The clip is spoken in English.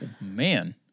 Man